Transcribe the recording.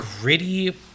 gritty